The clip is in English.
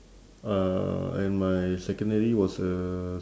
uh and my secondary was uh